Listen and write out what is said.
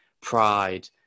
pride